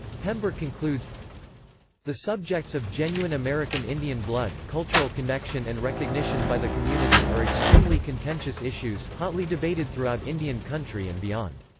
pember concludes the subjects of genuine american indian blood, cultural connection and recognition by the community are extremely contentious issues, hotly debated throughout indian country and beyond.